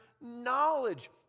knowledge